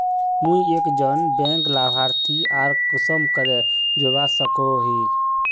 मुई एक जन बैंक लाभारती आर कुंसम करे जोड़वा सकोहो ही?